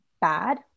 bad